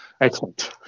Excellent